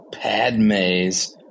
Padme's